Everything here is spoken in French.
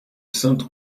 sainte